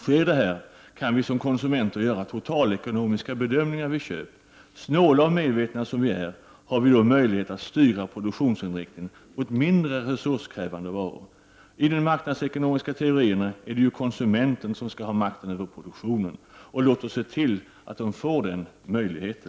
Sker detta kan vi som konsumenter göra totalekonomiska bedömningar vid köp. Snåla och medvetna som vi är har vi då möjlighet att styra produktionsinriktningen mot mindre resurskrävande varor. I de marknadsekonomiska teorierna är det konsumenten som skall ha makten över produktionen. Låt oss se till att få denna möjlighet.